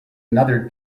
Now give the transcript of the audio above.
another